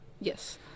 Yes